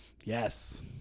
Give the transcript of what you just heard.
yes